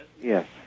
Yes